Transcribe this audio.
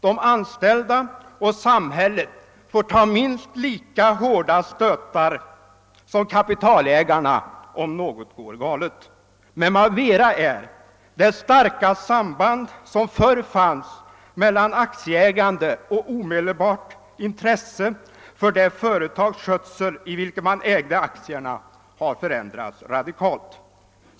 De anställda och samhället får ta minst lika hårda stötar som kapitalägarna, om något går galet. Men vad mera är: det starka samband som förr fanns mellan aktieägande och omdelbart intresse för det företags skötsel i vilket man ägde aktierna har förändrats radikalt.